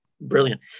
brilliant